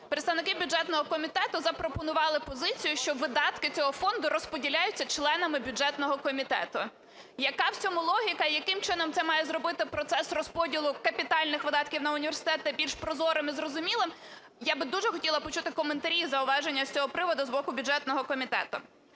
представники бюджетного комітету запропонували позицію, що видатки цього фонду розподіляються членами бюджетного комітету. Яка в цьому логіка, яким чином це має зробити процес розподілу капітальних видатків на університети більш прозорим і зрозумілим, я би дуже хотіла почути коментарі і зауваження з цього приводу з боку бюджетного комітету.